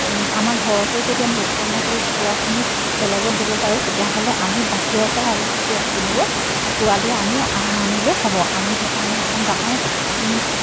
আমাৰ ঘৰতে যদি আমি উৎপন্ন কৰি কুকুৰাখিনি বেলেগত দিব পাৰোঁ তেতিয়াহ'লে আমি বাহিৰৰপৰা আৰু কুকুৰা কিনিব পোৱালি আমি নানিলেও হ'ব আমি সেইকাৰণে এখন ডাঙৰ